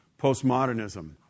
postmodernism